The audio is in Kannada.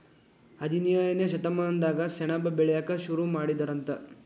ಹದಿನೇಳನೇ ಶತಮಾನದಾಗ ಸೆಣಬ ಬೆಳಿಯಾಕ ಸುರು ಮಾಡಿದರಂತ